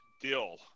Dill